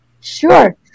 Sure